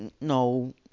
no